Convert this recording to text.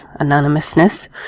Anonymousness